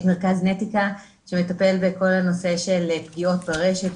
'נטיקה' שמטפל בכל הנושא של פגיעות ברשת,